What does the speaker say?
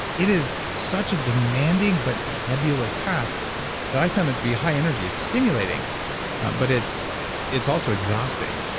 it is such a demanding but nebulous task that i found it to be high energy. it's stimulating but it's it's also exhausting.